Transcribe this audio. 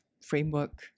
framework